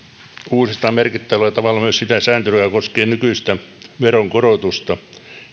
uudistetaan merkittävällä tavalla myös sitä sääntelyä joka koskee nykyistä veronkorotusta